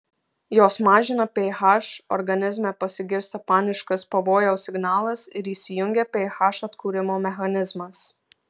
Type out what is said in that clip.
jos mažina ph organizme pasigirsta paniškas pavojaus signalas ir įsijungia ph atkūrimo mechanizmas